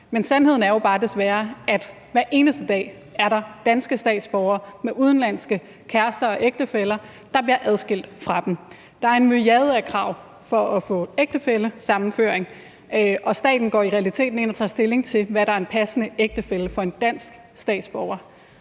Men sandheden er jo desværre bare, at der hver eneste dag er danske statsborgere med udenlandske kærester og ægtefæller, der bliver adskilt fra dem. Der er en myriade af krav for at få ægtefællesammenføring, og staten går i realiteten ind og tager stilling til, hvad der er en passende ægtefælle for en dansk statsborger.